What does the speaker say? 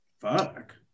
Fuck